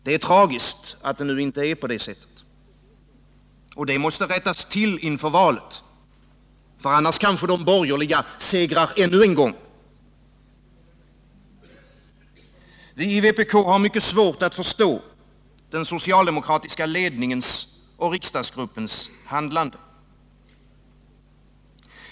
Det är tragiskt att det nu inte är på det sättet, och det måste rättas till inför valet — annars kanske de borgerliga segrar ännu en gång. Vii vpk har mycket svårt att förstå den socialdemokratiska ledningens och riksdagsgruppens handlande.